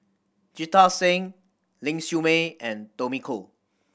Jita Singh Ling Siew May and Tommy Koh